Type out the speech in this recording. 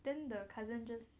then the cousin just